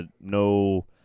no